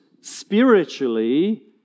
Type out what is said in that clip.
spiritually